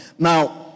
Now